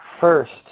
first